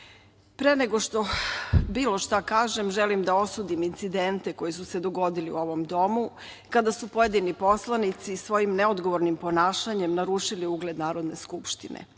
nego što bilo šta kažem, želim da osudim incidente koji su se dogodili u ovom domu kada su pojedini poslanici svojim neodgovornim ponašanjem narušili ugled Narodne skupštine.